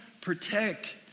protect